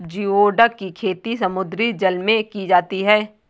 geoduck की खेती समुद्री जल में की जाती है